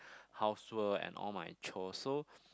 housework and all my chore so